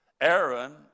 Aaron